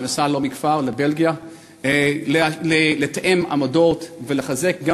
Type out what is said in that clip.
שנסע לא מכבר לבלגיה לתאם עמדות ולחזק גם